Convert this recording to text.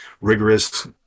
rigorous